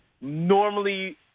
normally